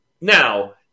now